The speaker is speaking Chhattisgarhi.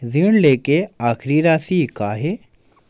ऋण लेके आखिरी राशि का हे?